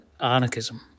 anarchism